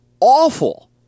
awful